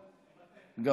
מוותר.